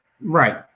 Right